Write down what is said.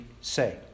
say